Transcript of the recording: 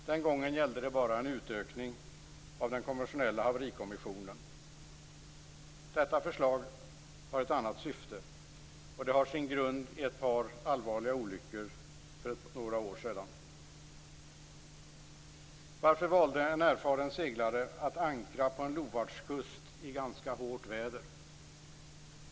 Den gången gällde det bara en utökning av den konventionella haverikommissionen. Detta förslag har ett annat syfte. Det har sin grund i ett par allvarliga olyckor för några år sedan. Varför valde en erfaren seglare att ankra på en lovartskust i ganska hårt väder?